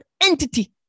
entity